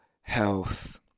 health